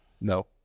No